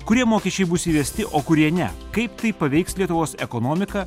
kurie mokesčiai bus įvesti o kurie ne kaip tai paveiks lietuvos ekonomiką